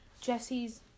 Jesse's